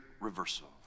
reversal